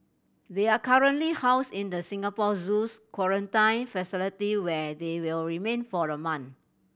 they are currently housed in the Singapore Zoo's quarantine facility where they will remain for a month